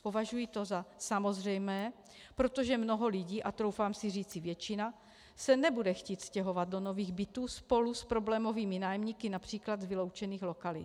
Považuji to za samozřejmé, protože mnoho lidí, a troufám si říci většina, se nebude chtít stěhovat do nových bytů spolu s problémovými nájemníky například z vyloučených lokalit.